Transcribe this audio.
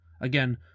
Again